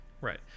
Right